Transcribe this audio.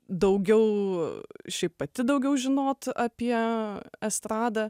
daugiau šiaip pati daugiau žinot apie estradą